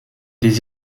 des